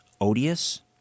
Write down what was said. odious